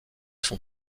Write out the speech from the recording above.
son